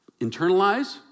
internalize